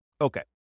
Okay